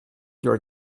your